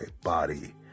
body